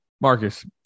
Marcus